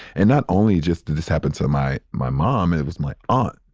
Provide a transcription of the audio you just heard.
and not only just did this happen to my, my mom, and it was my aunt.